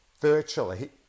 virtually